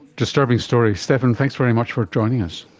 disturbing story. stephan, thanks very much for joining us.